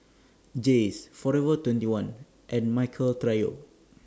Jays Forever twenty one and Michael Trio